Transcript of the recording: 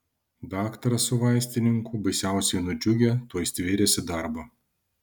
daktaras su vaistininku baisiausiai nudžiugę tuoj stvėrėsi darbo